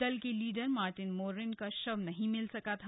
दल के leader Martin Moren का शव नहीं मिल सका था